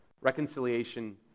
reconciliation